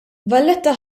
valletta